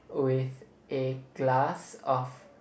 with a glass of